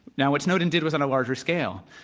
now, what snowden did was on a larger scale.